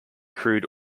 crewed